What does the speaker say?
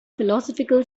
philosophical